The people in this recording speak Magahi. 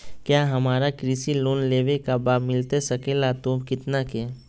क्या हमारा कृषि लोन लेवे का बा मिलता सके ला तो कितना के?